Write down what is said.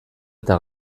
eta